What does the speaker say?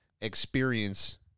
experience